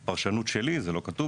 זו פרשנות שלי וזה לא כתוב